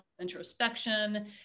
introspection